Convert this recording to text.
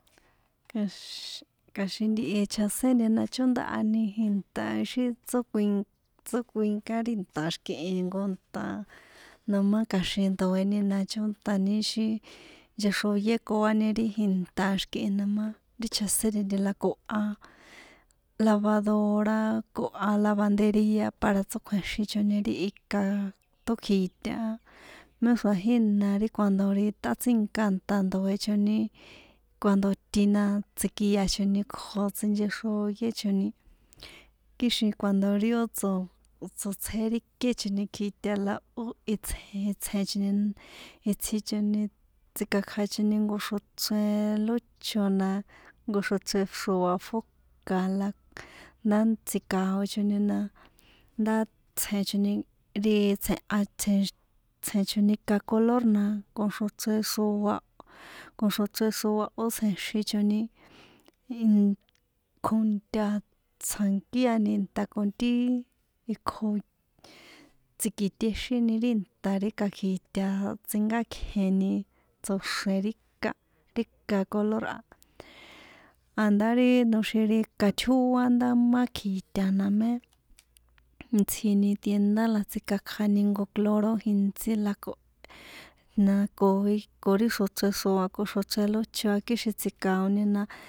Kja̱x kja̱xin ntihi chjaséni na chóndaha jinta ixi tsókuin tsókuinká ri inta xi̱kihi jnko nta̱ noma kja̱xin ndoe̱ni na chónta ixi nchexroyékuani ri jinta xi̱kini noma ri chjaséni ntihi la koha lavadora koha lavanderia para tsókjue̱xichoni ti ika tókjiṭa̱ a méxra̱ jína ri cuando ri tꞌatsínka ri jinta ri ndoe̱choni cuanro iti la tsi̱kia̱choni kjo tsichexroyechoni kixin cuando ri ó tso̱ tsoṭsjé ri kéchoni kjiṭa̱ la ó its itsj̱e̱choni itsjichoni tsíkakjachoni jnko xrochren lócho na jnko xrochren xroa fóca̱ la ndá tsji̱kaochoni na ndá tsje̱nchoni ri tsje̱han ri tsj tsje̱choni ka color na con xrochren xroa con xrochren xroa ó tsje̱xin choni inn kjonta tsjankíani nta con ti ikjo tsji̱kiṭexini ri inta ri ka kjiṭa̱ a tsinkákje̱ni tsoxre̱n ri ka a ri ka color a a̱ndá ri noxin ri ika tjóá ndá má kjiṭa na mé itsjini tienda la tsikakjani jnko cloro jintsi la ko na ko ri xrochren xroa ko xrochren lócho kixin tsji̱kao̱ni na.